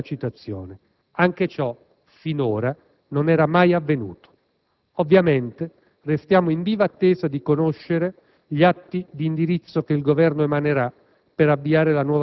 con le parti sociali». Anche ciò, finora, non era mai avvenuto. Ovviamente restiamo in viva attesa di conoscere gli atti di indirizzo che il Governo emanerà